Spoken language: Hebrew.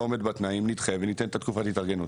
לא עומד בתנאים נדחה וניתן את תקופת התארגנות.